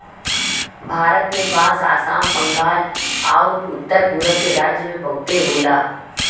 भारत में बांस आसाम, बंगाल आउर उत्तर पुरब के राज्य में बहुते होला